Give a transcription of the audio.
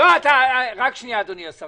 רק שנייה, אדוני השר.